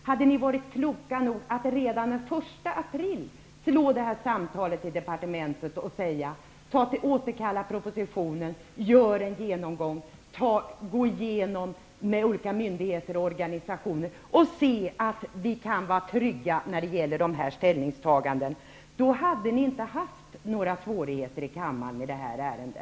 Hade ni varit kloka nog skulle ni redan den 1 april ha ringt detta telefonsamtal till departementet och sagt att man skulle återkalla propositionen och göra en genomgång med olika myndigheter och organisationer för att se om man kan vara trygg när det gäller dessa ställningstaganden. Då hade ni inte haft några svårigheter i kammaren i detta ärende.